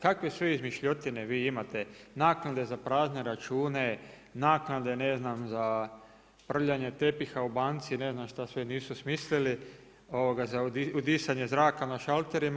Kakve izmišljotine vi imate naknade za prazne račune, naknade ne znam za prljanje tepiha u banci, ne znam šta sve nisu smislili, za udisanje zraka na šalterima.